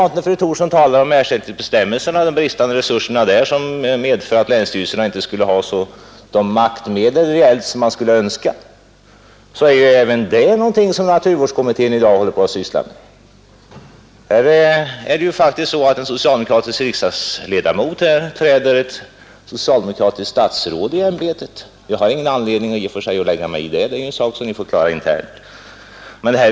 När fru Thorsson talar om ersättningsbestämmelserna och de bristande resurserna därvidlag som medför att länsstyrelserna inte skulle ha de maktmedel reellt som man skulle önska, så är även det något som naturvårdskommittén i dag sysslar med. Här är det faktiskt så att en socialdemokratisk ledamot träder ett socialdemokratiskt statsråd i ämbetet. Jag har i och för sig ingen anledning att lägga mig i detta. Det är en sak som ni får klara internt.